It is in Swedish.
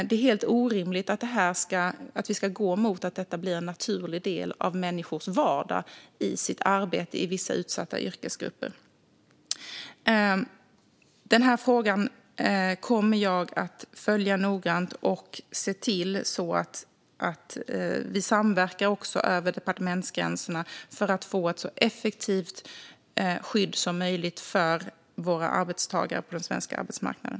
Det är helt orimligt att vi ska gå mot att detta blir en naturlig del av människors vardag i arbetet för vissa utsatta yrkesgrupper. Jag kommer att följa denna fråga noggrant och se till att vi samverkar över departementsgränserna för att få ett så effektivt skydd som möjligt för våra arbetstagare på den svenska arbetsmarknaden.